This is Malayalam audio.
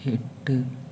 എട്ട്